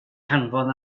hanfon